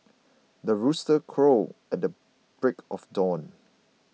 the rooster crows at the break of dawn